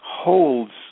holds